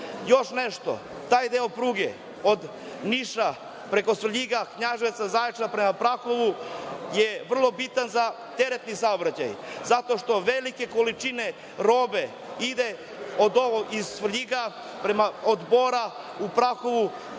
Još nešto, taj deo pruge od Niša, preko Svrljiga, Knjaževca, Zaječara, prema Prahovu je vrlo bitan za teretni saobraćaj, zato što velike količine robe ide iz Svrljiga, od Bora u Prahovu.